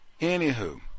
Anywho